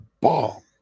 bomb